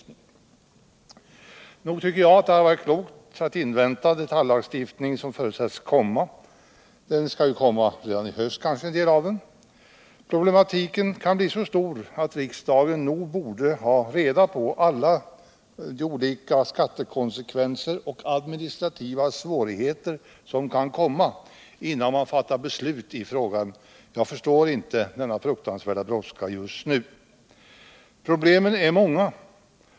Nog hade det varit klokt att invänta den detaljlagstiftning som förutsätts komma, kanske redan i höst. Problematiken kan bli så stor att riksdagen nog borde ha reda på alla de olika skattekonsekvenser och administrativa svårigheter som kan komma innan man fattar beslut i frågan. Jag förstår inte denna fruktansvärda brådska just nu. Problemen är många.